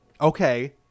Okay